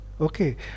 Okay